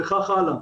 וכך הלאה.